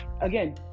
Again